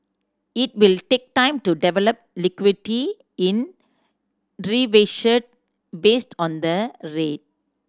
it will take time to develop liquidity in based on the rate